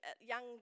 young